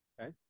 Okay